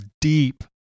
deep